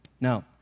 Now